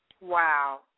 Wow